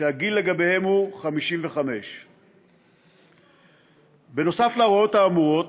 שהגיל לגביהם הוא 55. בנוסף להוראות האמורות,